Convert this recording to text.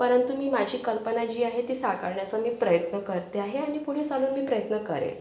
परंतु मी माझी कल्पना जी आहे ती साकारण्याचा प्रयत्न करते आहे आणि पुढे सगळं मी प्रयत्न करेल